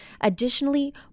Additionally